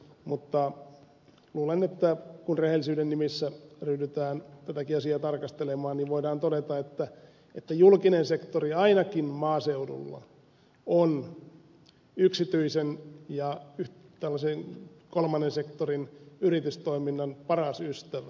mutta luulen että kun rehellisyyden nimissä ryhdytään tätäkin asiaa tarkastelemaan niin voidaan todeta että julkinen sektori ainakin maaseudulla on yksityisen ja tällaisen kolmannen sektorin yritystoiminnan paras ystävä